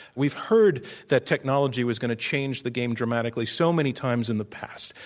we've heard that technology was going to change the game dramatically so many times in the past.